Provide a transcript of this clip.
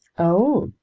oh,